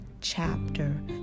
chapter